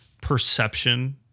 perception